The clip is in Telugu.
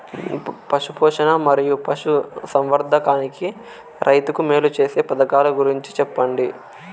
పశు పోషణ మరియు పశు సంవర్థకానికి రైతుకు మేలు సేసే పథకాలు గురించి చెప్పండి?